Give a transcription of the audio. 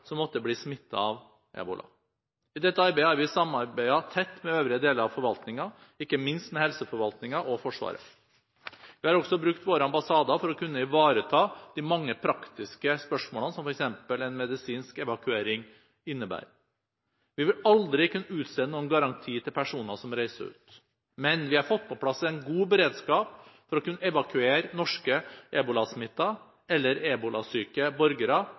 som måtte bli smittet av ebola. I dette arbeidet har vi samarbeidet tett med øvre deler av forvaltningen, ikke minst med helseforvaltningen og Forsvaret. Vi har også brukt våre ambassader for å kunne ivareta de mange praktiske spørsmålene som f.eks. en medisinsk evakuering innebærer. Vi vil aldri kunne utstede noen garanti til personer som reiser ut. Men vi har fått på plass en god beredskap for å kunne evakuere norske ebolasmittede eller ebolasyke borgere